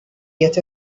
get